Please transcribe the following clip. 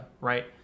Right